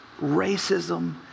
racism